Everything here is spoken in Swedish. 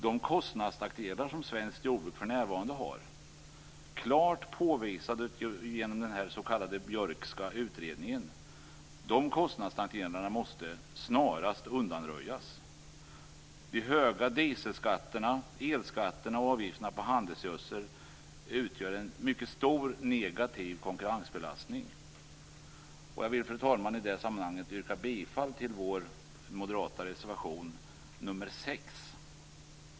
De kostnadsnackdelar som svenskt jordbruk för närvarande har - klart påvisade genom den s.k. Björkska utredningen - måste snarast undanröjas. De höga dieselskatterna, elskatterna och avgifterna på handelsgödsel utgör en mycket stor negativ konkurrensbelastning. Jag yrkar bifall till vår moderata reservation nr 6 om konkurrensnackdelar.